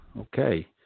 Okay